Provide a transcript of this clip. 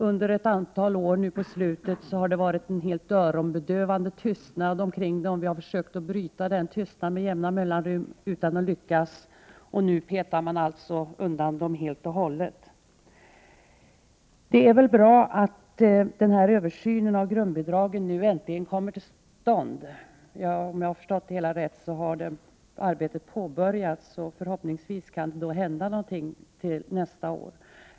Under de senaste åren har det varit en helt öronbedövande tystnad när det gäller stadsteatrarna. Vi har med jämna mellanrum försökt att bryta denna tystnad. Men vi har inte lyckats. Nu petar man alltså undan dem helt och hållet. Det är bra att en översyn av grundbidragen äntligen kommer till stånd. Om jag förstått det hela rätt har arbetet påbörjats. Förhoppningsvis kan det hända någonting under tiden fram till nästa år.